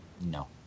No